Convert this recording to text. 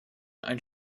ein